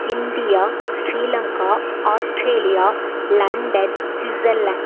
India Sri Lanka Australia London Switzerland